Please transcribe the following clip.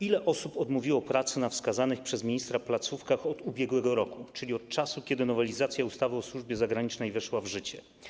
Ile osób odmówiło pracy we wskazanych przez ministra placówkach od ubiegłego roku, czyli od czasu, kiedy nowelizacja ustawy o służbie zagranicznej weszła w życie?